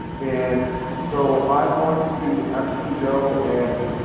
and so i'm going to actually go and